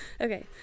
okay